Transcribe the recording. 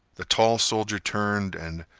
the tall soldier turned and,